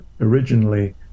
originally